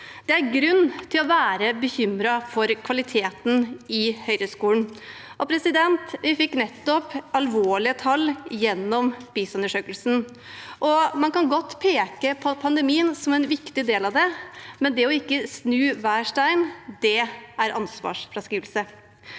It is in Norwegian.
Det er grunn til å være bekymret for kvaliteten i Høyre-skolen. Vi fikk nettopp alvorlige tall gjennom PISA-undersøkelsen, og man kan godt peke på pandemien som en viktig del av det, men det å ikke snu hver stein er ansvarsfraskrivelse.